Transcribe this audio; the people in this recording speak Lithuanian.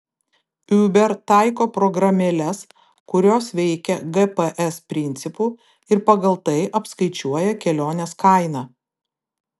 uber taiko programėles kurios veikia gps principu ir pagal tai apskaičiuoja kelionės kainą